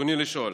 ברצוני לשאול: